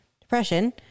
depression